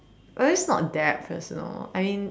oh it's not that personal I mean